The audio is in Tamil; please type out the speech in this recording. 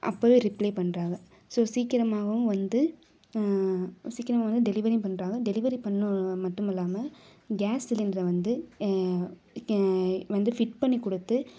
அப்போவே ரிப்ளே பண்ணுறாங்க ஸோ சீக்கிரமாகவும் வந்து சீக்கிரமாக வந்து டெலிவரியும் பண்ணுறாங்க டெலிவரி பண்ணுறது மட்டும் இல்லாமல் கேஸ் சிலிண்டரை வந்து வந்து ஃபிட் பண்ணி கொடுத்து